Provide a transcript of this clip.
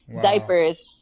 diapers